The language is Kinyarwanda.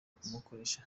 kumukoresha